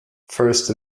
first